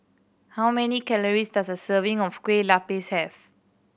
how many calories does a serving of Kueh Lopes have